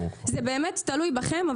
זה באמת תלוי בכם.